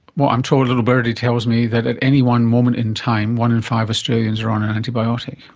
what i'm told, a little birdie tells me, that at any one moment in time, one in five australians are on an antibiotic.